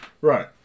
Right